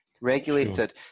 regulated